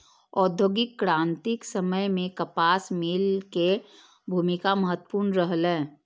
औद्योगिक क्रांतिक समय मे कपास मिल के भूमिका महत्वपूर्ण रहलै